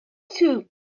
two